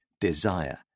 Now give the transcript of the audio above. desire